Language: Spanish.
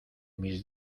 mis